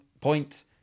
point